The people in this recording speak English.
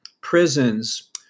prisons